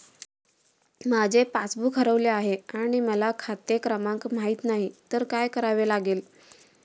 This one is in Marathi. माझे पासबूक हरवले आहे आणि मला खाते क्रमांक माहित नाही तर काय करावे लागेल?